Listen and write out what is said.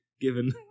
given